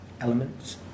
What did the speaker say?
elements